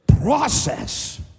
process